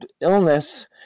illness